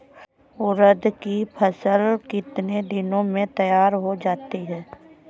उड़द की फसल कितनी दिनों में तैयार हो जाती है?